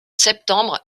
septembre